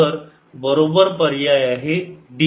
तर बरोबर पर्याय आहे D